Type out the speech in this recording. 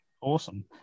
Awesome